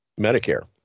Medicare